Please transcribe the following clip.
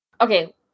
Okay